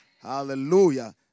hallelujah